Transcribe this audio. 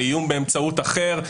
על איום באמצעות אחר.